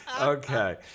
okay